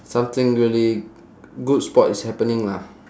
something really good sport is happening lah